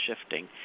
shifting